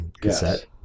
cassette